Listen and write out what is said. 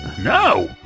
No